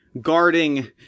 guarding